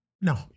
No